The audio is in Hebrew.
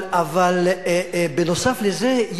אבל נוסף לזה,